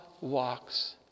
walks